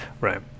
right